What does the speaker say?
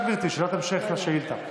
בבקשה, גברתי, שאלת המשך לשאילתה.